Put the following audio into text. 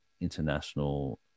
international